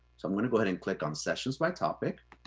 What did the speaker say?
so i'm gonna go ahead and click on sessions by topic.